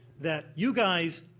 that, you guys